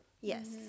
Yes